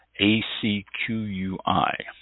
A-C-Q-U-I